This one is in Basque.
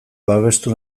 babestu